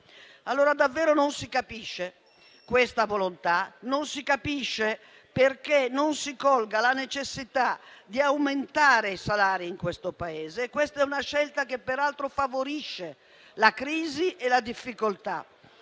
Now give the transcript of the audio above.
concretamente. Non si capisce davvero questa volontà, allora, né perché non si colga la necessità di aumentare i salari in questo Paese. Questa è una scelta che peraltro favorisce la crisi e la difficoltà.